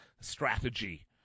strategy